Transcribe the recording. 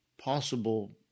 possible